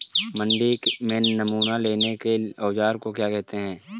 मंडी में नमूना लेने के औज़ार को क्या कहते हैं?